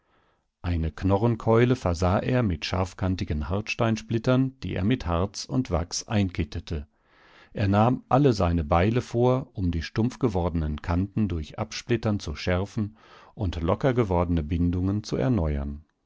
eine knorrenkeule versah er mit scharfkantigen hartsteinsplittern die er mit harz und wachs einkittete er nahm alle seine beile vor um die stumpfgewordenen kanten durch absplittern zu schärfen und locker gewordene bindungen zu erneuern